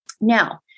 Now